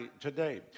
today